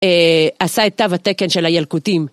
עשה את תו התקן של הילקוטים.